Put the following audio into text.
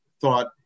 thought